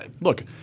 Look